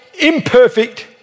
imperfect